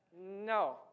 No